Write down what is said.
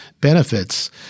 benefits